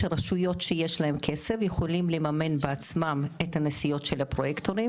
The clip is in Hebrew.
שרשויות שיש להן כסף יכולות לממן בעצמן את הנסיעות של הפרויקטורים